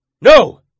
No